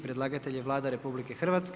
Predlagatelj je Vlada RH.